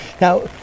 now